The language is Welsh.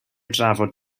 drafod